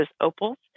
opals